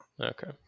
Okay